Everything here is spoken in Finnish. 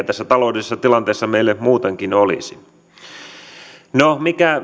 tässä taloudellisessa tilanteessa meille muutenkin olisi